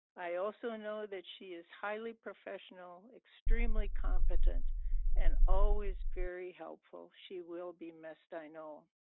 i also know ah that she is highly professional, extremely competent and always very helpful. she will be missed, i know.